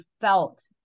felt